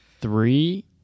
three –